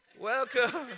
Welcome